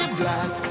black